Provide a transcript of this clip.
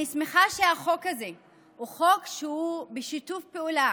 אני שמחה שהחוק הזה הוא בשיתוף פעולה